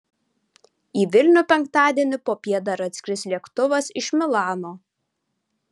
į vilnių penktadienį popiet dar atskris lėktuvas iš milano